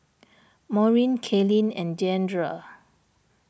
Maurine Kalene and Deandre